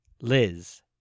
Liz